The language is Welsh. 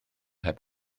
heb